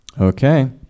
Okay